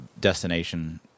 destination